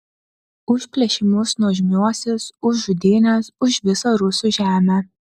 už plėšimus nuožmiuosius už žudynes už visą rusų žemę